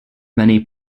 many